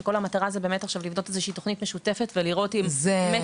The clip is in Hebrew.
שכל המטרה היא בעצם לבנות תוכנית משותפת ולראות באמת